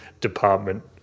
department